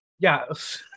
Yes